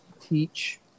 teach